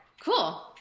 cool